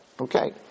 Okay